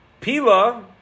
Pila